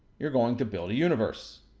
you're going to build a universe.